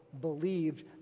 believed